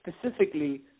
specifically